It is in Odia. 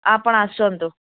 ଆପଣ ଆସନ୍ତୁ